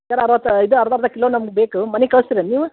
ಸರಿ ಅರ್ವತ್ತು ಇದು ಅರ್ಧರ್ಧ ಕಿಲೋ ನಮ್ಗೆ ಬೇಕು ಮನಿಗೆ ಕಳಸ್ತಿರೇನು ನೀವು